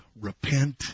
repent